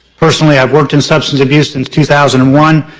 personally, i've worked in substance abuse since two thousand and one,